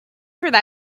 through